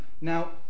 Now